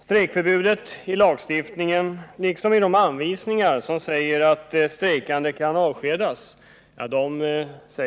Strejkförbudet i lagstiftningen, liksom de anvisningar som säger att de strejkande kan avskedas, måste enligt vår